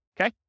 okay